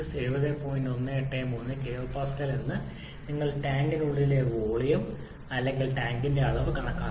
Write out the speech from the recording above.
183 kPa എന്നിട്ട് നിങ്ങൾ ടാങ്കിനുള്ളിലെ വോളിയം അല്ലെങ്കിൽ ടാങ്കിന്റെ അളവ് കണക്കാക്കണം